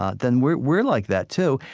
ah then we're we're like that too.